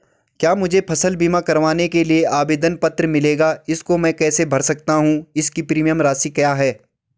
क्या मुझे फसल बीमा करवाने के लिए आवेदन पत्र मिलेगा इसको मैं कैसे भर सकता हूँ इसकी प्रीमियम राशि क्या है?